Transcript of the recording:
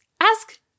ask